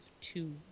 two